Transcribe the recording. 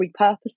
repurposed